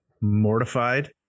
mortified